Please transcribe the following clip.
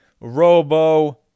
Robo